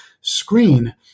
screen